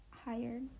hired